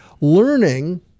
learning